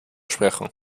sprechen